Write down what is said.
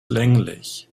länglich